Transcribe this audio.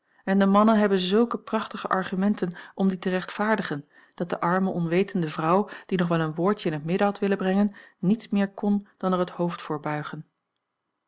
en de mannen hebben zulke prachtige argumenten om die te rechtvaardigen dat de arme onwetende vrouw die nog a l g bosboom-toussaint langs een omweg wel een woordje in het midden had willen brengen niets meer kon dan er het hoofd voor buigen